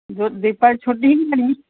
ଦୀପାବଳି ଛୁଟି